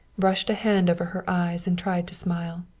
brushed a hand over her eyes and tried to smile.